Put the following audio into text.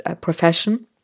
profession